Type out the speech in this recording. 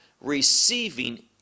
Receiving